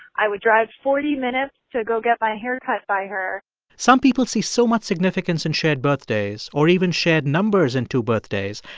i would drive forty minutes to go get my hair cut by her some people see so much significance in shared birthdays, or even shared numbers in two birthdays,